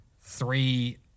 three